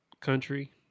country